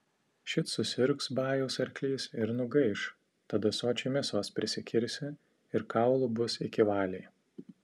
šit susirgs bajaus arklys ir nugaiš tada sočiai mėsos prisikirsi ir kaulų bus iki valiai